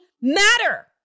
matter